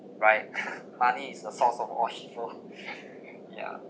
right money is the source of all evil yeah